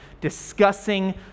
discussing